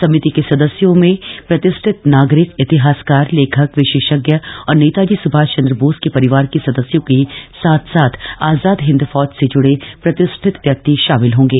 समिति के सदस्यों में प्रतिष्ठित नागरिक इतिहासकार लेखक विशेषज्ञ और नेताजी सुभाष चंद्र बोस के परिवार के सदस्यों के साथ साथ आजाद हिंद फौज से ज्ड़े प्रतिष्ठित व्यक्ति शामिल होंगे